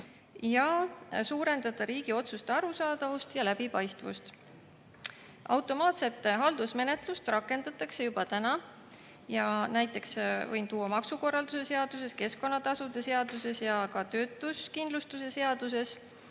suurendada riigi otsuste arusaadavust ja läbipaistvust. Automaatset haldusmenetlust rakendatakse juba praegu, näiteks maksukorralduse seaduses, keskkonnatasude seaduses ja ka töötuskindlustuse seaduses